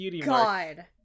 god